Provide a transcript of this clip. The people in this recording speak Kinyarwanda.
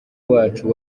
wacu